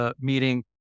meeting